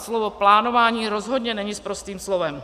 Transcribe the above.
Slovo plánování rozhodně není sprostým slovem.